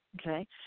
okay